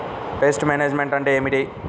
Pest management అంటే ఏమిటి?